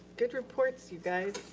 good reports you guys.